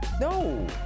No